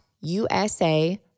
USA